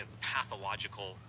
pathological